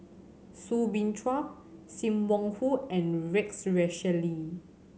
Soo Bin Chua Sim Wong Hoo and Rex Shelley